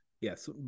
Yes